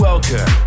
Welcome